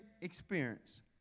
experience